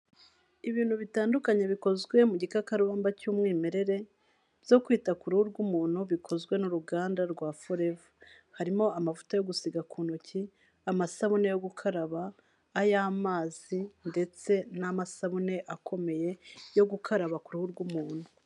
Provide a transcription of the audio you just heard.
Ibintu bitandukanye bikozwe mu gikakarubamba cy'umwimerere, byo kwita ku ruhu rw'umuntu bikozwe n'uruganda rwa Forever. Harimo amavuta yo gusiga ku ntoki, amasabune yo gukaraba, ay'amazi ndetse n'amasabune akomeye yo gukaraba ku ruhu rw'umuntu.